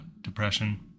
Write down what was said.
depression